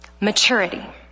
maturity